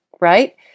right